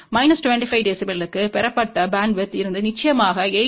minus 25 dBக்கு பெறப்பட்ட bandwidth இருந்து நிச்சயமாக 8